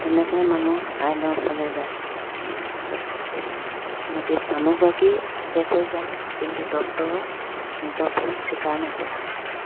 তেনেকৈ মানুহ আইনৰ ওচৰলৈ যায় যদি মানুহগৰাকী শেষ হৈ যায় কিন্তু ডক্তৰৰ নিজৰ ভুল স্বীকাৰ নকৰে